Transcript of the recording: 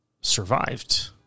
survived